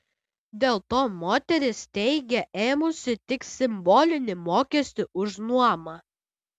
dėl to moteris teigia ėmusi tik simbolinį mokestį už nuomą